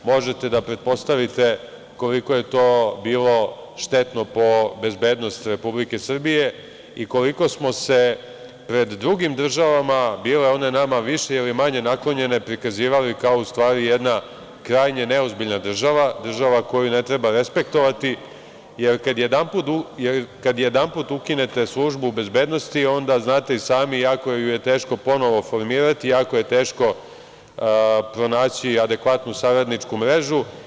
Možete da pretpostavite koliko je to bilo štetno po bezbednost Republike Srbije i koliko smo se pred drugim državama, bile one nama više ili manje naklonjene prikazivali kao u stvari jedna krajnje neozbiljna država, država koju ne treba respektovati, jer kada jedanput ukinute službu bezbednosti onda znate i sami jako ju je teško ponovo formirati, jako je teško pronaći adekvatnu saradničku mrežu.